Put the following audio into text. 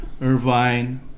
Irvine